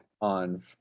on